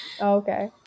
Okay